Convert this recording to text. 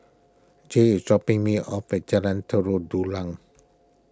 J is dropping me off at Jalan Tari Dulang